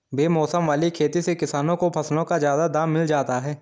बेमौसम वाली खेती से किसानों को फसलों का ज्यादा दाम मिल जाता है